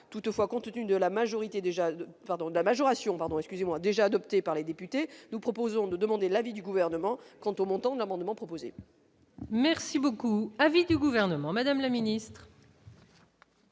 pardon, excusez-moi, déjà adopté par les députés, nous proposons de demander l'avis du gouvernement quant au montant de l'amendement proposé. Merci beaucoup du gouvernement Madame la ministre.